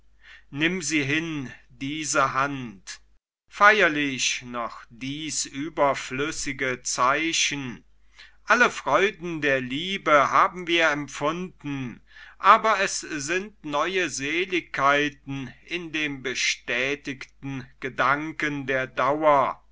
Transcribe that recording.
nimm sie hin diese hand feierlich noch dies überflüssige zeichen alle freuden der liebe haben wir empfunden aber es sind neue seligkeiten in dem bestätigten gedanken der dauer